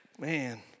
man